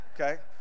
Okay